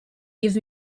give